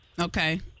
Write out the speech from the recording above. Okay